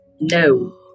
No